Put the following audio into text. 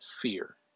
fear